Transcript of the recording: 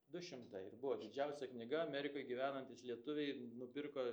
du šimtai ir buvo didžiausia knyga amerikoj gyvenantys lietuviai nupirko